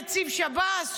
נציב שב"ס,